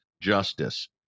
Justice